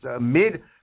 mid-